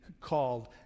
called